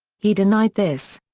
he denied this.